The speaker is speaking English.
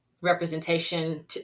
representation